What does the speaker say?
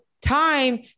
time